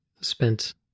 spent